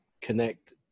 connect